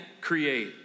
create